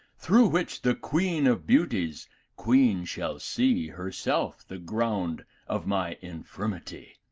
through which the queen of beauties queen shall see her self the ground of my infirmity.